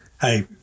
hey